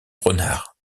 renards